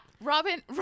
Robin